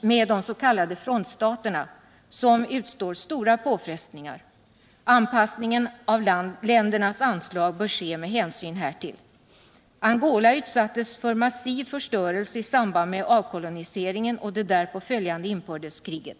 med des.k. frontstaterna, som utstår stora påfrestningar. Angola utsattes för en massiv förstörelse i samband med avkoloniseringen och det därpå följande inbördeskriget.